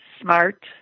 smart